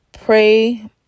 pray